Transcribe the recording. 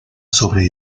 sobre